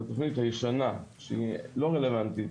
התוכנית הישנה שהיא לא רלוונטית,